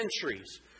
centuries